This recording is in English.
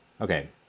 Okay